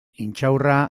intxaurra